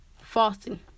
fasting